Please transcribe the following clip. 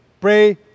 pray